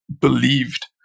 believed